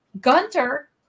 Gunter